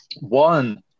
One